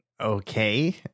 Okay